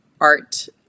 art